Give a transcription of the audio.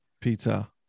pizza